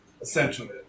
essentially